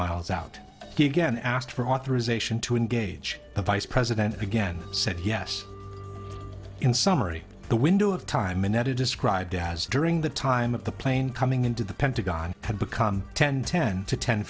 miles out he again asked for authorization to engage the vice president again said yes in summary the window of time and that it described as during the time of the plane coming into the pentagon had become ten ten to ten